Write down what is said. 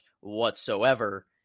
whatsoever